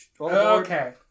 Okay